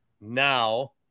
Now